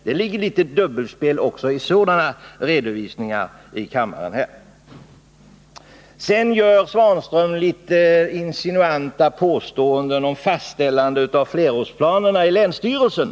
Det kan ligga dubbelspel också bakom sådana redovisningar inför kammaren. Herr Svanström gör vidare litet insinuanta påståenden om fastställande av flerårsplanerna i länsstyrelsen.